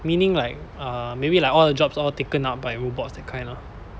meaning like uh maybe like all the jobs all taken up by robots that kind ah